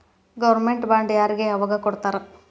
Government bond ಯಾರಿಗೆ ಯಾವಗ್ ಕೊಡ್ತಾರ?